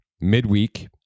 midweek